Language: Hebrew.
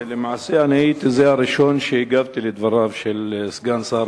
למעשה, אני הייתי הראשון שהגיב על דבריו של סגן שר